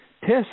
Test